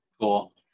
Cool